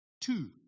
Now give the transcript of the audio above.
Two